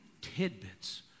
tidbits